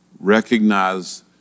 Recognize